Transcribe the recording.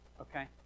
okay